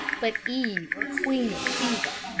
but eve or queen of sheba,